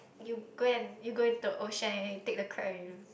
you go and you go into the ocean and you take the crab and you